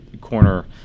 corner